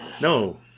no